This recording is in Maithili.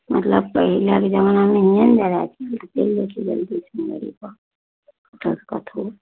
मतलब पहिलेके जमानामे नहि ने रहय चलि जाइ छियै जल्दीसँ गाड़ीपर कतहुसँ कतहु